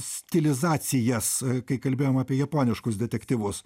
stilizacijas kai kalbėjom apie japoniškus detektyvus